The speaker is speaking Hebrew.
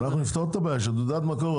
אנחנו נפתור את הבעיה של תעודת מקור.